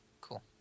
Cool